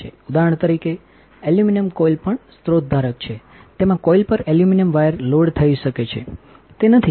ઉદાહરણ તરીકે aluminium coil પણ સ્રોત ધારક છે તેમાં કોઇલ પર એલ્યુમિનિયમ વાયર લોડ થઈ શકે છે તે નથી